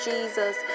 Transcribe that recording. Jesus